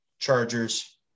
Chargers